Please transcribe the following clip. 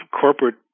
corporate